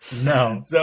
No